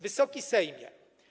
Wysoki Sejmie!